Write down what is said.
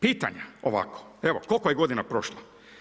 Pitanja ovako, evo koliko je godina prošlo?